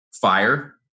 Fire